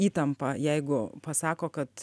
įtampa jeigu pasako kad